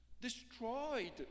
destroyed